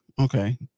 Okay